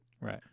Right